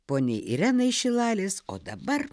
poniai irenai iš šilalės o dabar